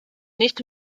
nicht